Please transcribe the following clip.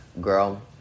girl